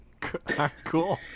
cool